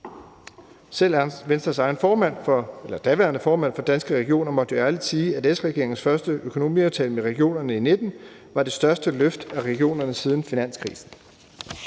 Selv Venstres egen daværende formand for Danske Regioner måtte jo ærligt sige, at S-regeringens første økonomiaftale med regionerne i 2019 var det største løft af regionerne siden finanskrisen.